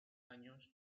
años